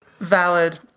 Valid